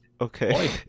Okay